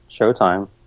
Showtime